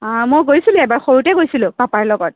মই গৈছিলোঁ এবাৰ সৰুতে গৈছিলোঁ পাপাৰ লগত